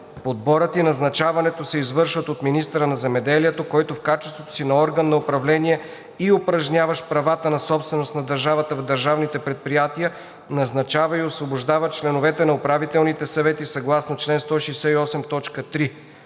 Подборът и назначаването се извършват от министъра на земеделието, който в качеството си на орган на управление и упражняващ правата на собственост на държавата в държавните предприятия назначава и освобождава членовете на управителните съвети съгласно чл. 168,